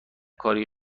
کاری